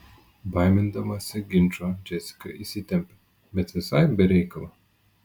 baimindamasi ginčo džesika įsitempė bet visai be reikalo